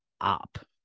up